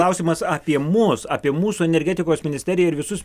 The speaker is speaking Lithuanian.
klausimas apie mus apie mūsų energetikos ministeriją ir visus